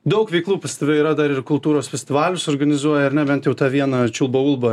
daug veiklų pas tave yra dar ir kultūros festivalius organizuoji ar ne bent jau tą vieną čiulba ulba